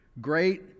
great